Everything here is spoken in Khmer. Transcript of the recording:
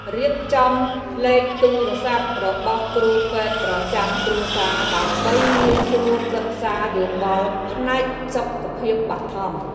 រៀបចំលេខទូរស័ព្ទរបស់គ្រូពេទ្យប្រចាំគ្រួសារដើម្បីងាយស្រួលប្រឹក្សាយោបល់ផ្នែកសុខភាពបឋម។